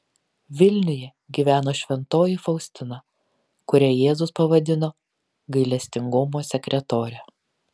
vilniuje gyveno šventoji faustina kurią jėzus pavadino gailestingumo sekretore